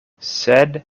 sed